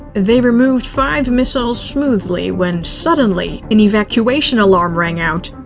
they removed five missiles smoothly when suddenly, an evacuation alarm rang out.